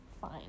fine